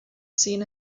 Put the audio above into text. seen